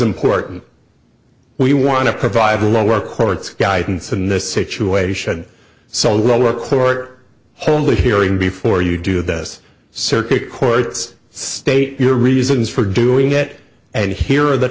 important we want to provide lower courts guidance in this situation so lower court holy hearing before you do this circuit courts state your reasons for doing it and here are the